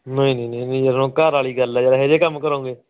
ਨਹੀਂ ਨਹੀਂ ਨਹੀਂ ਨਹੀਂ ਜਦੋਂ ਹੁਣ ਘਰ ਵਾਲੀ ਗੱਲ ਹੈ ਯਾਰ ਇਹੋ ਜਿਹੇ ਕੰਮ ਕਰੋਂਗੇ